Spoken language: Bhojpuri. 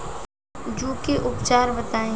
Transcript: जूं के उपचार बताई?